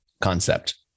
concept